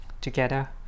together